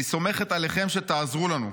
אני סומכת עליכם שתעזרו לנו.